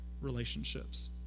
relationships